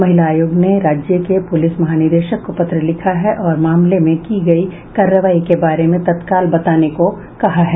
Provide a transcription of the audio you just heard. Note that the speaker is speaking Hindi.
महिला आयोग ने राज्य के पुलिस महानिदेशक को पत्र लिखा है और मामले में की गयी कार्रवाई के बारे में तत्काल बताने को कहा है